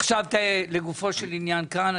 עכשיו לגופו של עניין כאן,